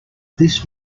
this